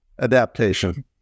adaptation